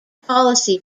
policy